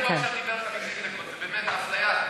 זאת באמת אפליה.